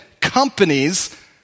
companies